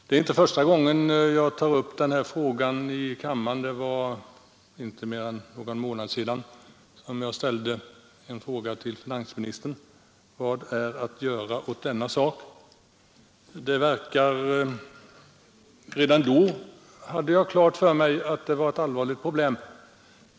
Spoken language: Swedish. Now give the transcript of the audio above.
Det är inte första gången jag tar upp denna fråga i kammaren. Det är inte mer än någon månad sedan jag till finansministern ställde frågan: Vad är att göra åt saken? Redan då hade jag klart för mig att hembränningen är ett allvarligt problem.